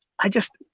i just.